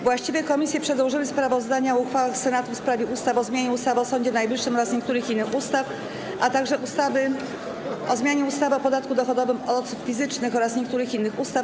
Właściwe komisje przedłożyły sprawozdania o uchwałach Senatu w sprawie ustaw: - o zmianie ustawy o Sądzie Najwyższym oraz niektórych innych ustaw, - o zmianie ustawy o podatku dochodowym od osób fizycznych oraz niektórych innych ustaw.